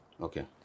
Okay